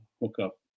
hookup